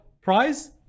prize